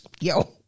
Yo